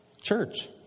church